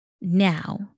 now